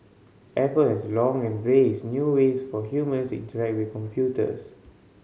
Apple has long embraced new ways for humans interact with computers